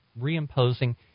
reimposing